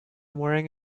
wearing